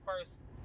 first